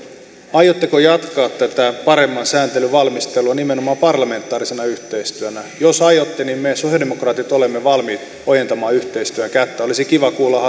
aiotteko jatkaa tätä paremman sääntelyn valmistelua nimenomaan parlamentaarisena yhteistyönä jos aiotte niin me sosialidemokraatit olemme valmiit ojentamaan yhteistyön kättä olisi kiva kuulla